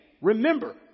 remember